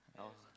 how